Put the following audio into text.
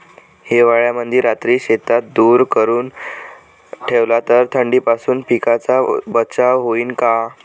हिवाळ्यामंदी रात्री शेतात धुर करून ठेवला तर थंडीपासून पिकाचा बचाव होईन का?